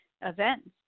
events